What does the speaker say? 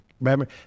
remember